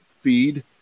feed